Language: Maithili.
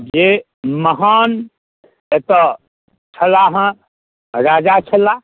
जे महान एतय छ्ला हेँ राजा छलाह